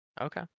Okay